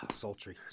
sultry